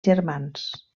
germans